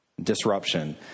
Disruption